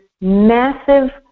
massive